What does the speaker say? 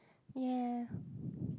ya